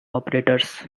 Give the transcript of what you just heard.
operators